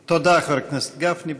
תודה, חבר הכנסת גפני.